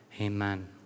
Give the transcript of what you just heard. amen